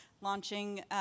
launching